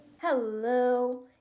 Hello